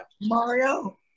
Mario